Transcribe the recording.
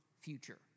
future